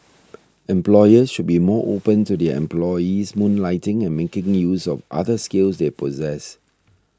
employers should be more open to their employees moonlighting and making use of other skills they possess